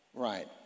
Right